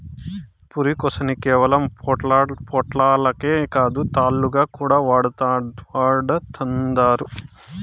పురికొసని కేవలం పొట్లాలకే కాదు, తాళ్లుగా కూడా వాడతండారు